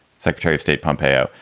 secretary of state pompeo.